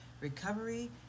recovery